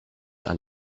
and